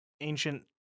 ancient